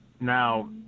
Now